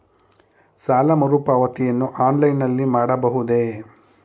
ಸಾಲ ಮರುಪಾವತಿಯನ್ನು ಆನ್ಲೈನ್ ನಲ್ಲಿ ಮಾಡಬಹುದೇ?